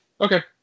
Okay